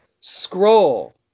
scroll